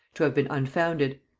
to have been unfounded.